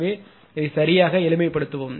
எனவே சரியாக எளிமைப்படுத்தவும்